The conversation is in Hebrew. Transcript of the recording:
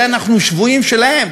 אולי אנחנו שבויים שלהם,